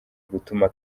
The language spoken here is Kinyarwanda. gutuma